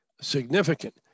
significant